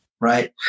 right